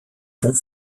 vont